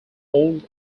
old